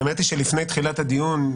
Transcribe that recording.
האמת היא שלפני תחילת הדיון,